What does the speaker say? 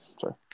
sorry